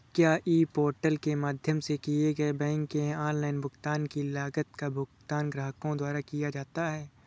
क्या e portal के माध्यम से किए गए बैंक के ऑनलाइन भुगतान की लागत का भुगतान ग्राहकों द्वारा किया जाता है?